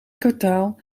kwartaal